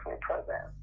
program